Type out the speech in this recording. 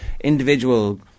individual